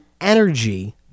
energy